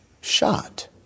shot